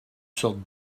sorte